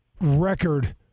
record